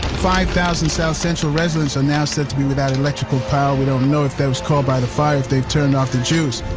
five thousand south central residents are now said to be without electrical power. we don't know if that was caused by the fire or if they turned off the juice.